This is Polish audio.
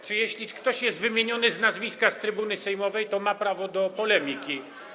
Czy jeśli ktoś jest wymieniony z nazwiska z trybuny sejmowej, to ma prawo do polemiki?